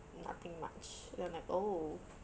nothing much then I'm like oh